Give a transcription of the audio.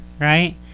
right